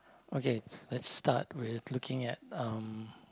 okay let's start with looking at um